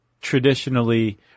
traditionally